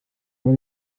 aber